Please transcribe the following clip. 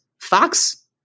Fox